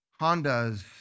Hondas